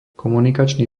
komunikačný